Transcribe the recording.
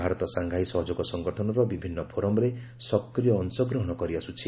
Bharat Shanghai ସହଯୋଗ ସଂଗଠନର ବିଭିନ୍ନ ଫୋରମ୍ରେ ସକ୍ରିୟ ଅଂଶଗ୍ରହଣ କରିଆସୁଛି